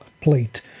plate